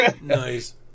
Nice